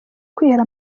kwihera